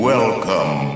Welcome